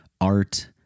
art